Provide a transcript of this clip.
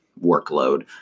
workload